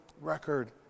record